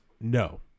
No